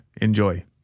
enjoy